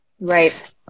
Right